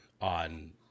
on